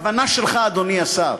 בכוונה שלך, אדוני השר.